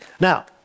Now